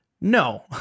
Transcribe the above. No